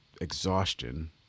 exhaustion